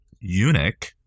eunuch